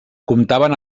comptaven